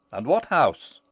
and what house?